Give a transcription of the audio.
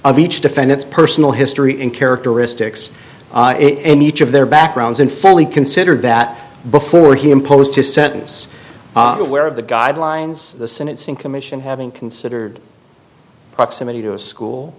of each defendant's personal history and characteristics in each of their backgrounds and fully considered that before he imposed his sentence aware of the guidelines the sentencing commission having considered proximity to a